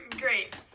Great